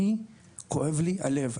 אני כואב לי הלב,